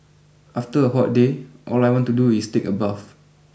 after a hot day all I want to do is take a bath